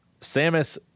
Samus